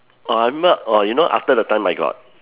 oh I remember oh you know after the time I got